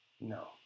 No